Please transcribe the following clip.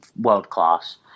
world-class